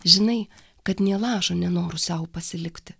žinai kad nė lašo nenoru sau pasilikti